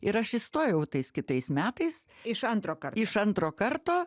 ir aš įstojau tais kitais metais iš antro iš antro karto